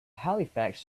halifax